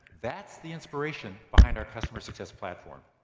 that's the inspiration behind our customer success platform.